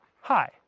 Hi